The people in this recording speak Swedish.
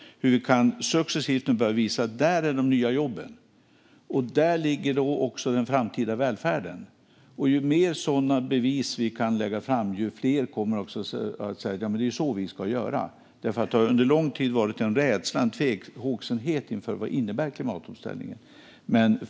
Nu kan vi successivt börja visa att det är där de nya jobben och den framtida välfärden finns. Ju fler sådana bevis vi kan lägga fram, desto fler kommer att bli övertygade om att det är så man ska göra. Det har under lång tid funnits en rädsla och en tvehågsenhet inför vad klimatomställningen innebär.